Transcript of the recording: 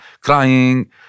crying